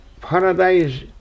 paradise